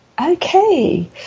okay